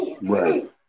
right